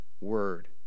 Word